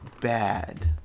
bad